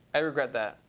i regret that.